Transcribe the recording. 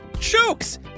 jokes